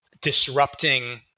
disrupting